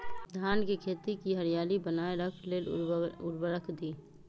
धान के खेती की हरियाली बनाय रख लेल उवर्रक दी?